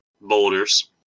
boulders